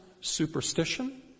superstition